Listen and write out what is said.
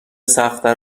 سختتر